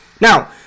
Now